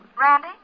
Randy